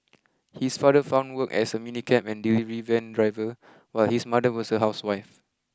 his father found work as a minicab and delivery van driver while his mother was a housewife